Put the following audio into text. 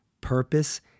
Purpose